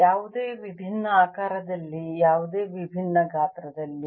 ಯಾವುದೇ ವಿಭಿನ್ನ ಆಕಾರದಲ್ಲಿ ಯಾವುದೇ ವಿಭಿನ್ನ ಗಾತ್ರದಲ್ಲಿ